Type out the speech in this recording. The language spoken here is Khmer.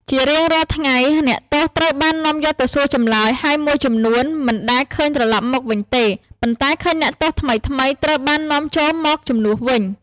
ជារៀងរាល់ថ្ងៃ អ្នកទោសត្រូវបាននាំយកទៅសួរចម្លើយ ហើយមួយចំនួនមិនដែលឃើញត្រឡប់មកវិញទេ ប៉ុន្តែឃើញ អ្នកទោសថ្មីៗ ត្រូវបាននាំចូលមកជំនួសវិញ។